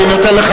אני נותן לך,